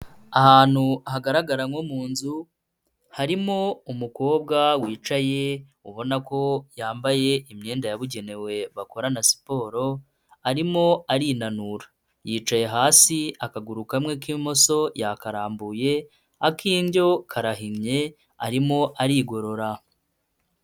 Ahantu hagaragara nko mu nzu, harimo umukobwa wicaye ubona ko yambaye imyenda yabugenewe bakorana siporo arimo arinanura, yicaye hasi akaguru kamwe k'imoso yakarambuye, ak'indyo karahinnye arimo arigorora.